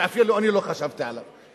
שאפילו אני לא חשבתי עליו.